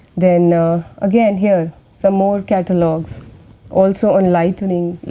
then again, here some more catalogues also on lightening,